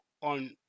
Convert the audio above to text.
on